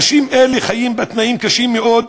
אנשים אלה חיים בתנאים קשים מאוד,